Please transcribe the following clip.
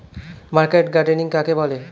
Market gardening কাকে বলে?